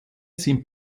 sind